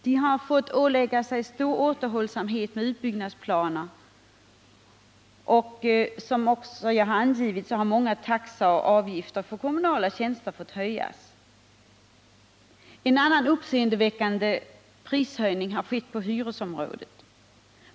De har fått ålägga sig stor återhållsamhet med att förverkliga olika utbyggnadsplaner, och många taxor och avgifter för kommunala tjänster har fått höjas. En annan uppseendeväckande prishöjning har skett på hyresområdet.